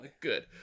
Good